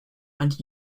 and